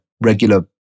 regular